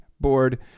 board